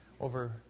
over